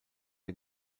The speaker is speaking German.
der